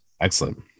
Excellent